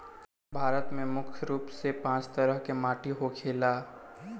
भारत में मुख्य रूप से पांच तरह के माटी होखेला